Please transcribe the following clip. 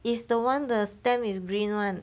it's the one the stem is green [one]